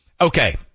Okay